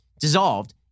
dissolved